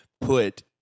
put